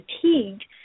fatigued